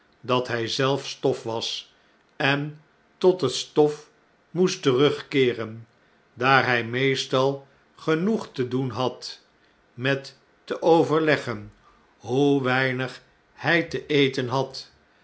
dat hij zelf stof was en tot het stof moest terugkeeren daar hij meestal genoeg te doen l d met te overleggen hoe weinig hij te eten had